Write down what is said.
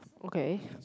okay